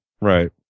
right